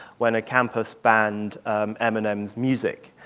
when a campus banned eminem's music.